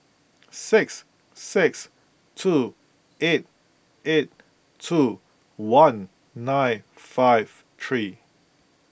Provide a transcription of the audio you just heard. six six two eight eight two one nine five three